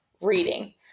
reading